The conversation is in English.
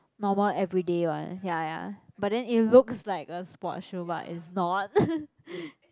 normal everyday one ya ya but then it looks like a sport shoe but is not